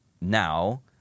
now